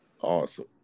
Awesome